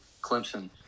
Clemson